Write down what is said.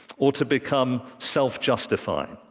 or to become self-justifying.